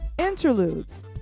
Interludes